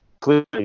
Clearly